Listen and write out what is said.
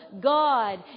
God